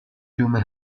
fiume